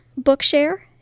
Bookshare